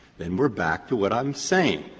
then we're back to what i'm saying,